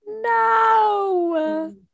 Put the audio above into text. no